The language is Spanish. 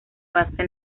basa